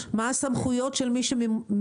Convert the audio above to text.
השאלה מה הסמכויות של מי שממונים.